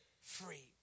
free